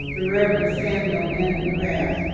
the reverend samuel n. vass,